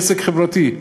עסק חברתי,